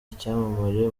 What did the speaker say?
icyamamare